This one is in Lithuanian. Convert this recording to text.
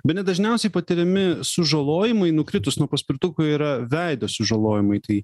bene dažniausiai patiriami sužalojimai nukritus nuo paspirtuko yra veido sužalojimai tai